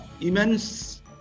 immense